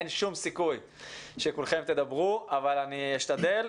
אין שום סיכוי שכולכם תדברו אבל אני אשתדל,